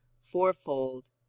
fourfold